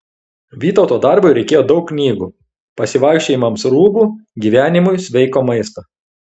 vytauto darbui reikėjo daug knygų pasivaikščiojimams rūbų gyvenimui sveiko maisto